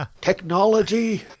Technology